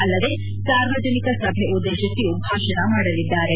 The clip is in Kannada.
ಅಲ್ಲದೇ ಸಾರ್ವಜನಿಕ ಸಭೆ ಉದ್ದೇಶಿಸಿಯೂ ಭಾಷಣ ಮಾಡಲಿದ್ದಾರೆ